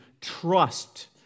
trust